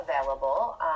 available